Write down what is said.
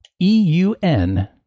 E-U-N